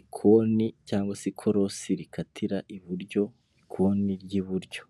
ikoni cyangwa se ikorosi rikatira iburyo ikoni ry'iburyo.